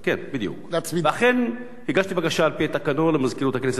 ואכן, על-פי התקנון, ביום שני